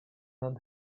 not